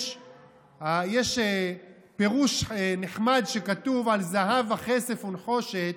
יש פירוש נחמד שכתוב על "זהב וכסף וּנְחֹשֶׁת"